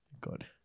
God